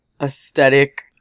aesthetic